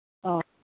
ꯑꯣ